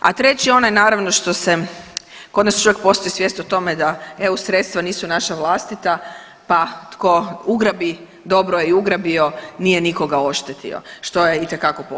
A treći je onaj naravno što se kod nas još uvijek postoji svijest o tome da eu sredstva nisu naša vlastita, pa tko ugrabi dobro je ugrabio nije nikoga oštetio što je itekako pogrešno.